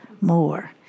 More